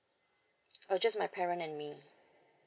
uh just my parent and me